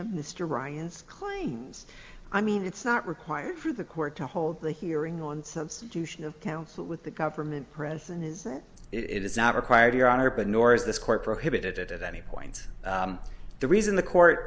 of mr ryan's claims i mean it's not required for the court to hold the hearing on substitution of counsel with the government present is it is not required your honor but nor is this court prohibited at any point the reason the court